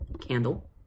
Candle